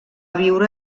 viure